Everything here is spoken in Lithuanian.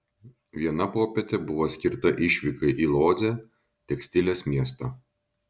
viena popietė buvo skirta išvykai į lodzę tekstilės miestą